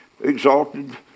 exalted